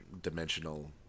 dimensional